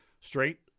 straight